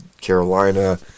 Carolina